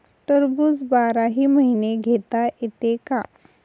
टरबूज बाराही महिने घेता येते का?